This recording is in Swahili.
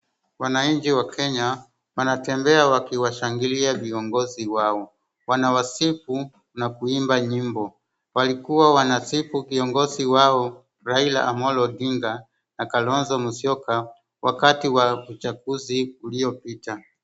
Wananchi wa Kenya wanatembea wakiwashangilia viongozi wao, wanawasifu na kuimba nyimbo. Walikuwa wanasifu viongozi wao Raila Amolo Odinga na Kalonzo Musyoka wakati wa uchaguzi uliyopita.